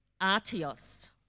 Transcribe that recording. artios